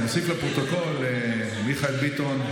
נוסיף לפרוטוקול את חבר הכנסת מיכאל ביטון.